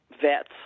vets